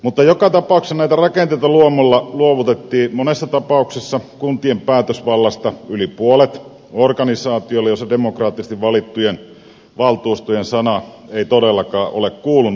mutta joka tapauksessa näitä rakenteita luomalla luovutettiin monessa tapauksessa kuntien päätösvallasta yli puolet organisaatiolle jossa demokraattisesti valittujen valtuustojen sana ei todellakaan ole kuulunut